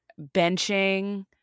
benching